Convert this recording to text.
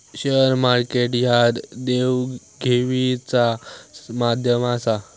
share market ह्या देवघेवीचा माध्यम आसा